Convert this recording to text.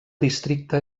districte